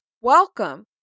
welcome